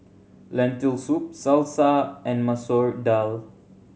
Lentil Soup Salsa and Masoor Dal